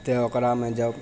तऽ ओकरामे जब